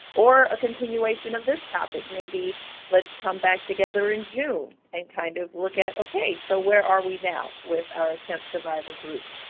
or a continuation of this topic. maybe let's come back together in june and kind of look at, okay, so where are we now with our attempt survivor groups?